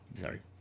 Sorry